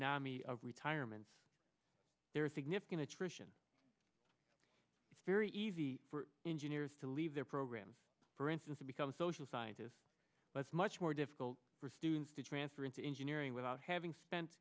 nami of retirements there is significant attrition it's very easy for engineers to leave their programs for instance to become a social scientist that's much more difficult for students to transfer into engineering without having spent